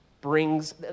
brings